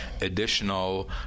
additional